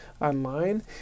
online